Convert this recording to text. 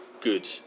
good